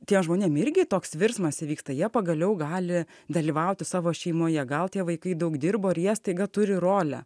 tiem žmonėm irgi toks virsmas įvyksta jie pagaliau gali dalyvauti savo šeimoje gal tie vaikai daug dirbo ir jie staiga turi rolę